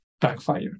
backfire